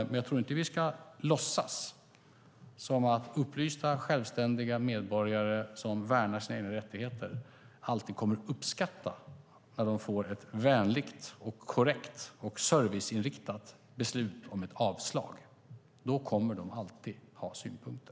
Men jag tror inte att vi ska låtsas som att upplysta självständiga medborgare som värnar sina egna rättigheter alltid kommer att uppskatta när de får ett vänligt, korrekt och serviceinriktat beslut om ett avslag. Då kommer de alltid att ha synpunkter.